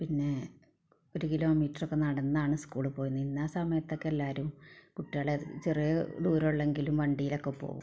പിന്നെ ഒരു കിലോമീറ്റാറൊക്കെ നടന്നാണ് സ്കൂളീൽ പോയിരുന്നത് ഇന്ന് ആ സമയത്തൊക്കെ എല്ലാവരും കുട്ടികളൊക്കെ ചെറിയ ദൂരം ഉള്ളെങ്കിലും വണ്ടിയിലൊക്കെ പോവും